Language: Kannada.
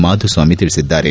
ಮಾಧುಸ್ವಾಮಿ ತಿಳಿಸಿದ್ದಾರೆ